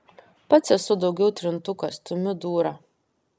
pats esu daugiau trintukas stumiu dūrą